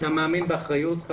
אתה מאמין באחריות?